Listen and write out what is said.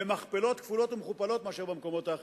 במכפלות כפולות ומכופלות מאשר במקומות האחרים.